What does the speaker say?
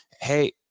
Hey